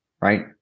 right